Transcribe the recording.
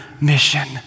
mission